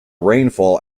rainfall